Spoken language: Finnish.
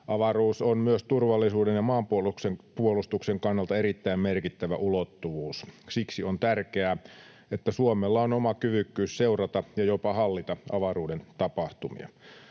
Avaruus on myös turvallisuuden ja maanpuolustuksen kannalta erittäin merkittävä ulottuvuus. Siksi on tärkeää, että Suomella on oma kyvykkyys seurata ja jopa hallita avaruuden tapahtumia.